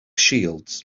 shields